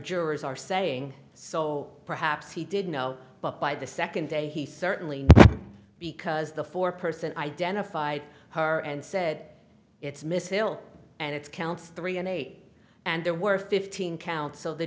jurors are saying so perhaps he didn't know but by the second day he certainly because the four person identified her and said it's miss ill and it counts three and eight and there were fifteen counts so the